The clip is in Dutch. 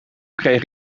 kreeg